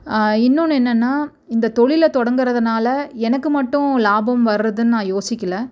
இன்னொன்று என்னென்னா இந்த தொழில தொடங்குறதுனால எனக்கு மட்டும் லாபம் வர்றதுன்னு நான் யோசிக்கலை